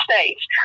States